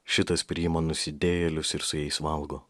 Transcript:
šitas priima nusidėjėlius ir su jais valgo